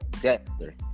Dexter